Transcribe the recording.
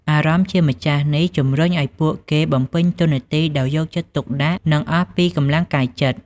អារម្មណ៍ជាម្ចាស់នេះ ជំរុញឱ្យពួកគេបំពេញតួនាទីដោយយកចិត្តទុកដាក់ និងអស់ពីកម្លាំងកាយចិត្ត។